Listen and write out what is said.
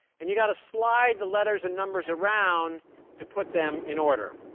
and you've got to slide the letters and numbers around to put them in order.